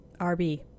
RB